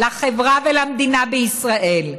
לחברה ולמדינה בישראל.